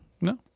No